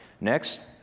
Next